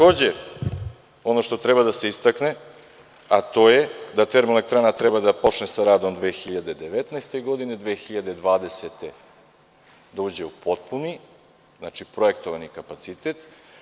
Ono što treba da se istakne, a to je da termoelektrana treba da počne sa radom 2019. godine, a 2020. godine da uđe u potpuni, projektovani kapacitet.